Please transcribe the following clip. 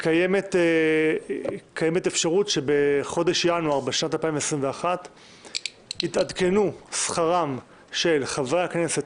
הזה קיימת אפשרות שבחודש ינואר 2021 יתעדכנו שכרם של חברי הכנסת,